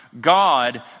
God